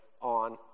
on